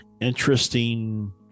interesting